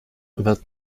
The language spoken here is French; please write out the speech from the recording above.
vingt